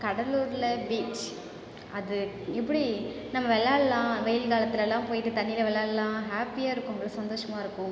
கடலூரில் பீச் அது எப்படி நம்ம விளாடுலாம் வெயில் காலத்துலெலாம் போயிட்டு தண்ணியில் விளையாடுலாம் ஹாப்பியாருக்கும் ரொம்ப சந்தோசமாருக்கும்